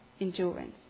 endurance